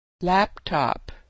Laptop